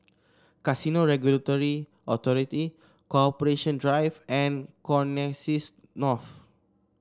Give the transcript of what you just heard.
Casino Regulatory Authority Corporation Drive and Connexis North